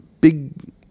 big